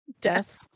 Death